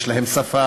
יש להם שפה.